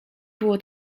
było